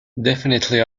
definitely